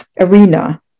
arena